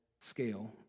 scale